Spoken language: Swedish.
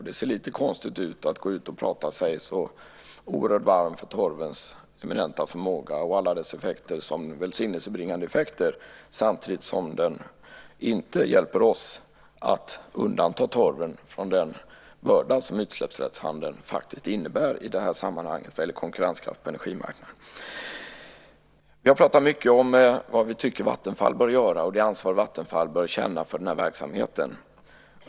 Det ser lite konstigt ut att gå ut och tala sig så oerhört varm för torvens eminenta förmåga och alla dess effekter som välsignelsebringande effekter samtidigt som den inte hjälper oss att undanta torven från den börda som utsläppsrättshandeln faktiskt innebär i det här sammanhanget vad gäller konkurrenskraft på energimarknaden. Vi har talat mycket om vad vi tycker att Vattenfall bör göra och det ansvar Vattenfall bör känna för verksamheten.